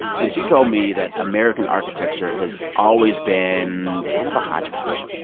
and she told me that american architecture has always been kind of a hodgepodge